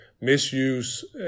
misuse